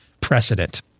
precedent